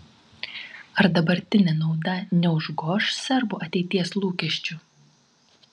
ar dabartinė nauda neužgoš serbų ateities lūkesčių